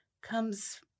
comes